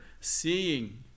seeing